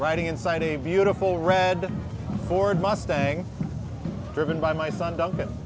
writing inside a beautiful red ford mustang driven by my son duncan